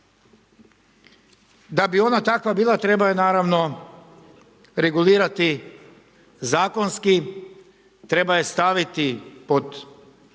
Da bi ona takva bila treba ju naravno regulirati zakonski, treba je staviti pod